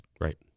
Right